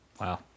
wow